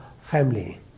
family